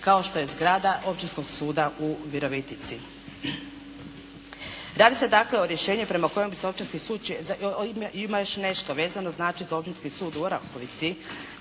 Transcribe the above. kao što je zgrada Općinskog suda u Virovitici. Radi se dakle o rješenju prema kojem bi se općinski sud, ima još nešto, znači vezano znači za Općinski sud u Orahovici